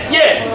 yes